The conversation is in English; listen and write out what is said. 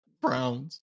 Browns